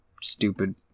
stupid